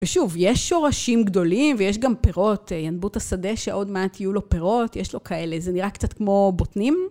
ושוב, יש שורשים גדולים, ויש גם פירות, ינבוט השדה שעוד מעט יהיו לו פירות, יש לו כאלה, זה נראה קצת כמו בוטנים.